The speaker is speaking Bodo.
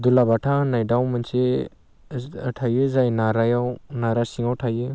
दुलाबाथा होननाय दाउ मोनसे थायो जाय नारायाव नारा सिङाव थायो